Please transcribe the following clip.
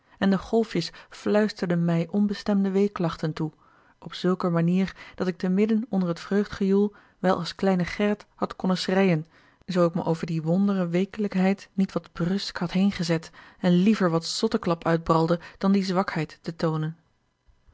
en de golfjes fluisterden mij onbestemde weeklachten toe op zulker manier dat ik midden onder t vreugdegejoel wel als kleine gerrit had konnen schreien zoo ik me over die wondre weekelijkheid niet wat brusk had heen gezet en liever wat zotteklap uitbralde dan die zwakheid te toonen